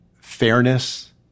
fairness